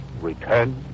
return